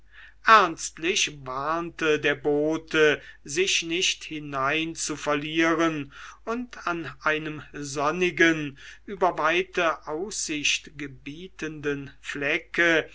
ernstlich warnte der bote sich nicht hineinzuverlieren und an einem sonnigen über weite aussicht gebietenden flecke